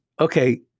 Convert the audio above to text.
okay